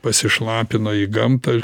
pasišlapino į gamtą